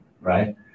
right